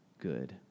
good